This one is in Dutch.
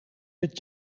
het